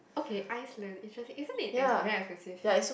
okay ice learning interesting isn't it expen~ very expensive